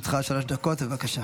לרשותך שלוש דקות, בבקשה.